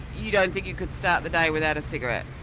you don't think you could start the day without a cigarette?